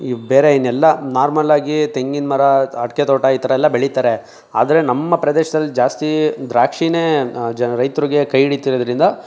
ಈ ಬೇರೆ ಇನ್ನೆಲ್ಲ ನಾರ್ಮಲ್ ಆಗಿ ತೆಂಗಿನ ಮರ ಅಡಿಕೆ ತೋಟ ಈ ಥರ ಎಲ್ಲ ಬೆಳೀತಾರೆ ಆದರೆ ನಮ್ಮ ಪ್ರದೇಶದಲ್ಲಿ ಜಾಸ್ತಿ ದ್ರಾಕ್ಷಿಯೇ ರೈತರಿಗೆ ಕೈ ಹಿಡಿತಿರೋದ್ರಿಂದ